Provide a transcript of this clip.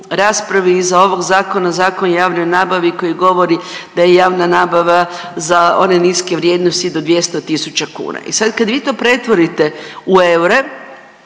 raspravi iza ovog zakona, Zakon o javnoj nabavi koji govori da je javna nabava za one niske vrijednosti do 200 000 kuna. I sad kad vi to pretvorite u eure,